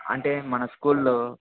అంటే మన స్కూల్లో